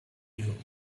you